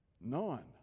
None